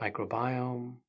microbiome